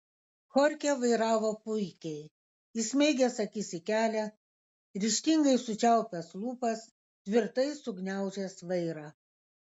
chorchė vairavo puikiai įsmeigęs akis į kelią ryžtingai sučiaupęs lūpas tvirtai sugniaužęs vairą